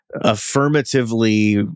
affirmatively